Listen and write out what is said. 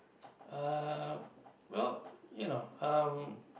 uh well you know um